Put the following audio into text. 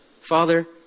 Father